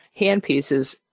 handpieces